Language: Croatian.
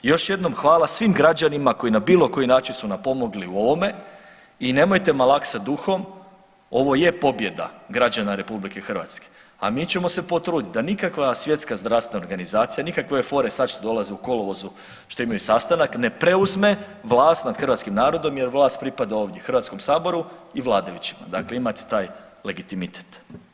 I još jednom hvala svim građanima koji na bilo koji način su nam pomogli u ovome i nemojte malaksati duhom, ovo je pobjeda građana RH, a mi ćemo se potruditi da nikakva Svjetska zdravstvena organizacija, nikakve ove fore što dolaze u kolovozu što imaju sastanak ne preuzme vlast nad hrvatskim narodom jer vlast pripada ovdje Hrvatskom saboru i vladajućima, dakle imate taj legitimitet.